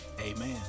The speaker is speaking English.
Amen